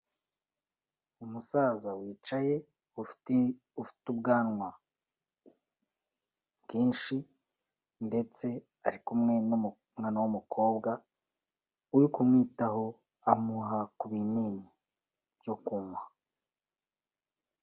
Umusaza wicaye ufite, ufite ubwanwa bwinshi ndetse ari kumwe n'umwana w'umukobwa uri kumwitaho amuha ku binini byo kunywa.